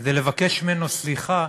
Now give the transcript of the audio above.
כדי לבקש ממנו סליחה